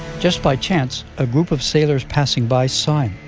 just by chance, a group of sailors passing by saw him.